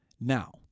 now